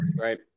right